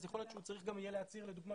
אז יכול להיות שהוא צריך גם יהיה להצהיר לדוגמא